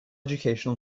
educational